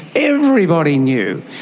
everybody knew,